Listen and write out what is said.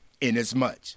inasmuch